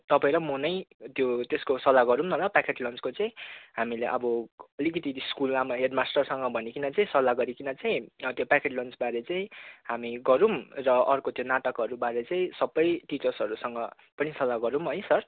तपाईँ र म नै त्यो त्यसको सल्लाह गरौँ न ल प्याकेट लन्चको चाहिँ हामीले अब अलिकति स्कुललाई हेडमास्टरसँग भनीकन चाहिँ सल्लाह गरीकन चाहिँ त्यो प्याकेट लन्चबारे चाहिँ हामी गरौँ र अर्को त्यो नाटकहरूबारे चाहिँ सबै टिचर्सहरूसँग पनि सल्लाह गरौँ है सर